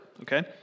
okay